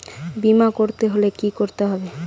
বিমা করতে হলে কি করতে হবে?